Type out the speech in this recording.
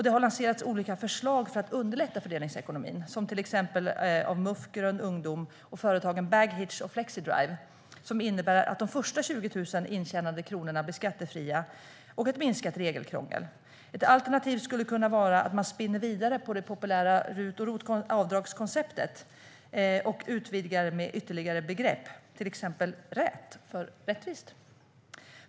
Det har lanserats olika förslag för att underlätta för delningsekonomin, till exempel det förslag som framförts av Muf och Grön Ungdom och av företagen Baghitch och Flexidrive, som innebär att de första 20 000 intjänade kronorna blir skattefria och ett minskat regelkrångel. Ett alternativ skulle kunna vara att man spinner vidare på det populära avdragskonceptet med RUT och ROT och utvidgar med ytterligare begrepp, till exempel RÄT, för "rättvist".